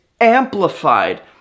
amplified